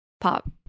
pop